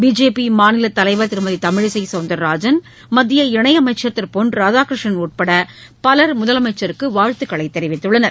BJP மாநில தலைவர் திருமதி தமிழிசை சௌந்தரராஜன் மத்திய இணையமைச்சர் திரு பொன் ராதாகிருஷ்ணன் உட்பட பலர் முதலமைச்சருக்கு வாழ்த்து தெரிவித்துள்ளனர்